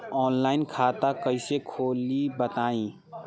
Online खाता कइसे खोली बताई?